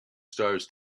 stars